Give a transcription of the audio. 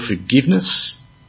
forgiveness